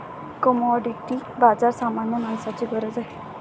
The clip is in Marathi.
कमॉडिटी बाजार सामान्य माणसाची गरज आहे